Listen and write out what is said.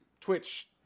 Twitch